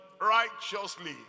righteously